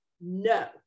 no